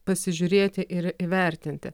pasižiūrėti ir įvertinti